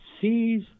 sees